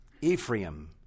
Ephraim